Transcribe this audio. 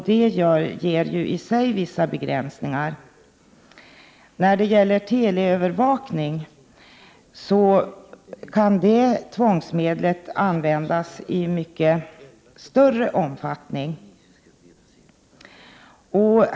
Det utgör i sig vissa begränsningar. Teleövervakning är ett tvångsmedel som kan användas i mycket större omfattning.